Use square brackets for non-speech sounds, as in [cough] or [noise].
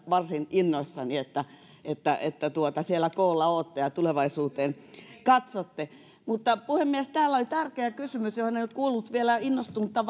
varsin innoissani että että siellä koolla olette ja tulevaisuuteen katsotte puhemies täällä oli tärkeä kysymys johon en nyt kuullut vielä innostunutta [unintelligible]